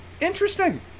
interesting